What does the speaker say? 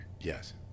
Yes